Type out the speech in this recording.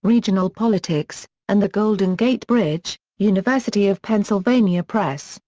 regional politics, and the golden gate bridge, university of pennsylvania press,